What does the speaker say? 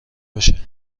باشه